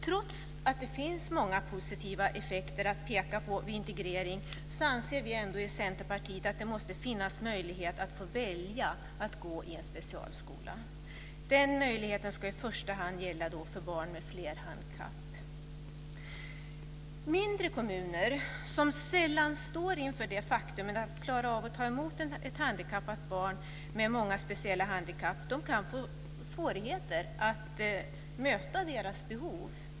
Trots att det finns många positiva effekter att peka på vid integrering, anser vi i Centerpartiet ändå att det måste finnas möjlighet att välja att gå i en specialskola. Den möjligheten ska i första hand gälla för barn med flerhandikapp. Mindre kommuner som sällan står inför faktumet att klara av att ta emot ett handikappat barn med många speciella handikapp kan få svårigheter att möta deras behov.